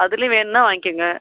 அதுலேயும் வேணுனா வாங்க்கிங்க